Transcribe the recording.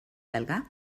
belga